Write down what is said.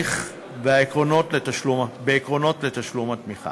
זה התאריך והעקרונות לתשלום התמיכה.